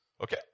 Okay